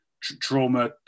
trauma